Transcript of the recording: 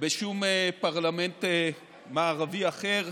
בשום פרלמנט מערבי אחר.